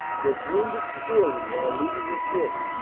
was wounded severely while leading his men,